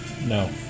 No